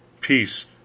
Peace